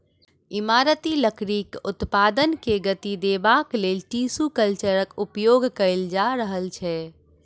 इमारती लकड़ीक उत्पादन के गति देबाक लेल टिसू कल्चरक उपयोग कएल जा रहल छै